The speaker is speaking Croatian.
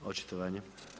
Očitovanje.